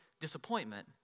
disappointment